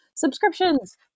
subscriptions